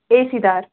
A C دار